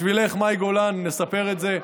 בשבילך, מאי גולן, נספר את זה.